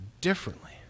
differently